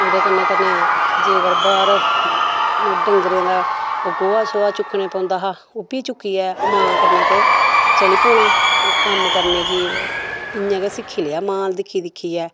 ओह्दे कन्नै कन्नै जेकर बाहर डंगरे दा गोहा शोहा चुक्कने पौंदा हा ओह् बी चुक्कियै मां कन्नै ते चली पौना कम्म करने गी इ'यां गै सिक्खी लैआ मां गी दिक्खी दिक्खियै